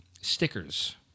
stickers